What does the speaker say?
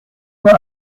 pas